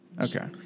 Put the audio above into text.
okay